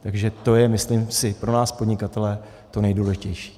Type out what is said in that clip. Takže to je, myslím si, pro nás podnikatele to nejdůležitější.